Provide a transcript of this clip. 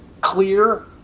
clear